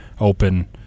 open